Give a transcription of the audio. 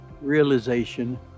realization